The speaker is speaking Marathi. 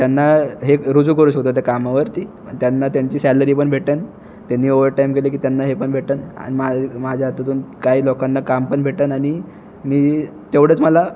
त्यांना हे रुजू करू शकतो त्या कामावरती त्यांना त्यांची सॅलरी पण भेटेल त्यांनी ओवरटाईम केलं की त्यांना हे पण भेटेल आणि माअ माझ्या हातातून काही लोकांना काम पण भेटेल आणि मी तेवढंच मला